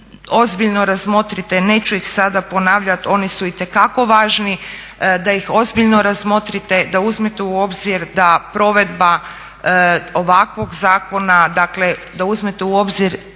ozbiljno razmotrite, neću ih sada ponavljati, oni su itekako važni, da ih ozbiljno razmotrite, da uzmete u obzir da provedba ovakvog zakona, dakle da uzmete u obzir